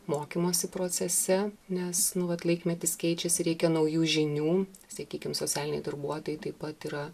mokymosi procese nes nu vat laikmetis keičiasi reikia naujų žinių sakykim socialiniai darbuotojai taip pat yra